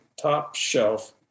top-shelf